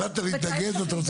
החלטת להתנגד ואתה רוצה להבין.